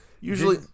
Usually